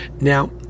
Now